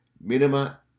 minima